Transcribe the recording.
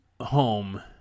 home